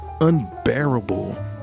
unbearable